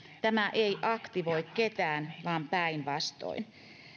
tämä ei aktivoi ketään vaan päinvastoin